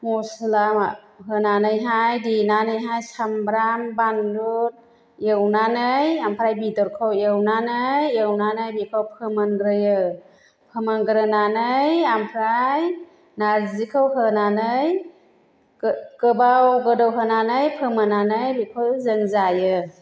मस्ला होनानैहाय देनानैहाय सामब्राम बान्लु एवनानै आमफाय बेदरखौ एवनानै एवनानै बेखौ फोमोनग्रोयो फोमोनग्रोनानै आमफ्राय नार्जिखौ होनानै गोबाव गोदौ होनानै फोमोननानै बेखौ जों जायो